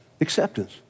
Acceptance